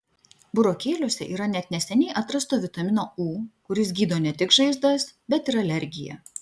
burokėliuose yra net neseniai atrasto vitamino u kuris gydo ne tik žaizdas bet ir alergiją